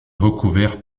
recouvert